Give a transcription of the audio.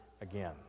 again